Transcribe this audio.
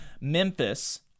Memphis